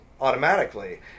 automatically